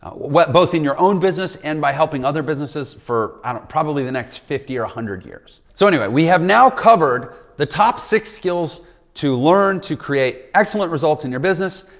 ah both in your own business and by helping other businesses for probably the next fifty or a hundred years. so anyway, we have now covered the top six skills to learn to create excellent results in your business.